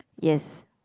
yes